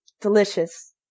delicious